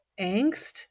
angst